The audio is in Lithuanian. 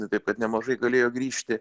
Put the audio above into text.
tai taip kad nemažai galėjo grįžti